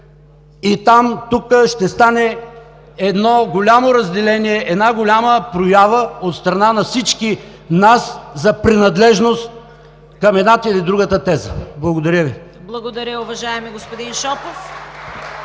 и тук ще стане едно голямо разделение, една голяма проява от страна на всички нас за принадлежност към едната или другата теза. Благодаря Ви. (Ръкопляскания от